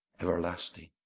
everlasting